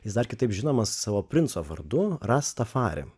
jis dar kitaip žinomas savo princo vardu rastą phare